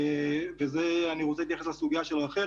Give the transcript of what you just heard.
אני רוצה להתייחס לסוגיה של רח"ל,